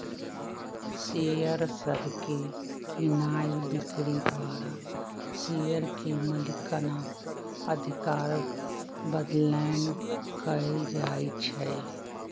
share सभके कीनाइ बिक्री द्वारा शेयर के मलिकना अधिकार बदलैंन कएल जाइ छइ